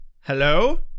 Hello